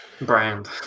Brand